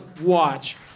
watch